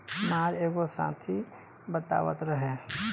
हामार एगो साथी बतावत रहे